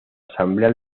asamblea